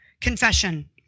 Confession